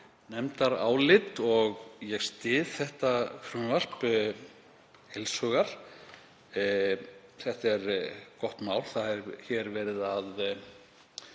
nefndarálit og ég styð þetta frumvarp heils hugar. Þetta er gott mál, hér er verið að